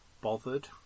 bothered